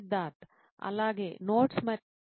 సిద్ధార్థ్ అలాగేనోట్స్ మరియు పాఠ్యపుస్తకాలు